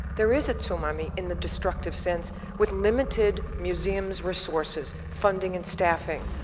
there is a tsunami in the destructive sense with limited museum's resources, funding and staffing.